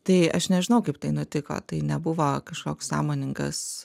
tai aš nežinau kaip tai nutiko tai nebuvo kažkoks sąmoningas